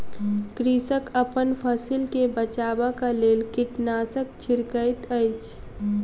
कृषक अपन फसिल के बचाबक लेल कीटनाशक छिड़कैत अछि